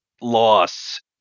loss